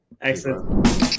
Excellent